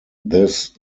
this